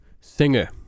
singer